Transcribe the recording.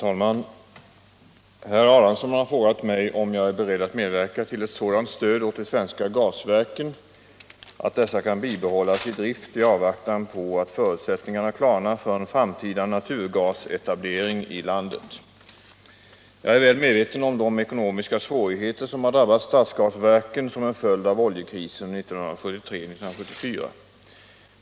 51, och anförde: Herr talman! Herr Adamsson har frågat mig om jag är beredd att medverka till ett sådant stöd åt de svenska gasverken att dessa kan bibehållas i drift i avvaktan på att förutsättningarna klarnar för en framtida naturgasetablering i landet. Jag är väl medveten om de ekonomiska svårigheter som har drabbat stadsgasverken som en följd av oljekrisen 1973-1974.